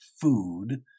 food